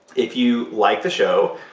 if you like the show,